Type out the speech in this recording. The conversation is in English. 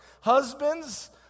Husbands